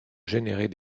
générer